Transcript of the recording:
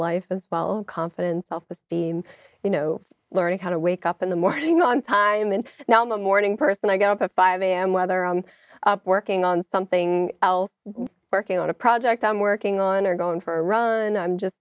life as well confidence self esteem you know learning how to wake up in the morning on time and now i'm a morning person i get up at five am whether i'm working on something else working on a project i'm working on or going for a run i'm just